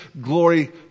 glory